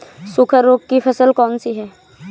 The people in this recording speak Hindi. सूखा रोग की फसल कौन सी है?